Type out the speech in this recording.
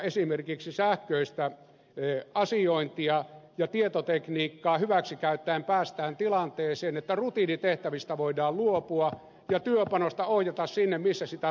esimerkiksi sähköistä asiointia ja tietotekniikkaa hyväksikäyttäen päästään tilanteeseen että rutiinitehtävistä voidaan luopua ja työpanosta ohjata sinne missä sitä todella tarvitaan